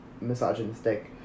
misogynistic